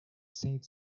saint